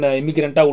immigrant